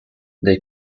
they